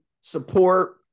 support